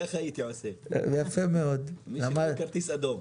ככה הייתי עושה, מי שלא כרטיס אדום.